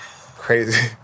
Crazy